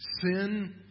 sin